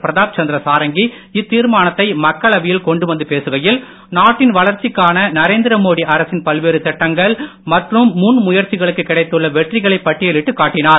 பிரதாப் சந்திர சாரங்கி இத்தீர்மானத்தை மக்களவையில் கொண்டு வந்து பேசுகையில் நாட்டின் வளர்ச்சிக்கான நரேந்திரமோடி அரசின் பல்வேறு திட்டங்கள் மற்றும் முன் முயற்சிகளுக்கு கிடைத்துள்ள வெற்றிகளை பட்டியலிட்டு காட்டினார்